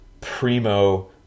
primo